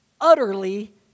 utterly